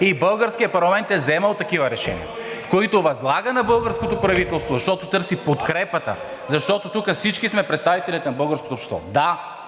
и българският парламент е взимал такива решения, в които възлага на българското правителство, защото търси подкрепата. (Шум и реплики от ГЕРБ-СДС.) Защото тук всички сме представителите на българското общество.